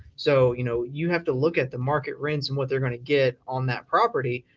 so, you know, you have to look at the market rents and what they're going to get on that property.